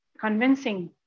convincing